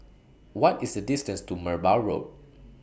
What IS The distance to Merbau Road